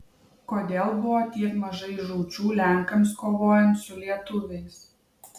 kodėl buvo tiek mažai žūčių lenkams kovojant su lietuviais